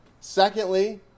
Secondly